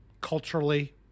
culturally